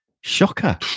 shocker